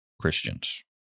Christians